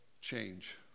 change